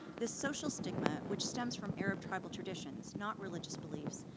this social stigma, which stems from arab tribal traditions, not religious beliefs,